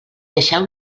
deixeu